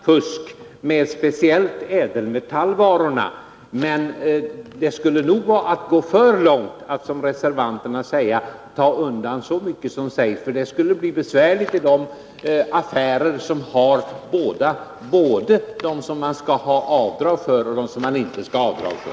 Herr talman! Det är riktigt att regeringen har lagt fram ett förslag. Det har tyvärr förekommit en hel del fusk med speciellt ädelmetallvarorna. Men det skulle nog vara att gå för långt att ta undan så mycket som reservanterna vill. Det skulle bli besvärligt för de affärer som har både de metaller som man skall ha avdrag för och de som man inte skall ha avdrag för.